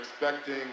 expecting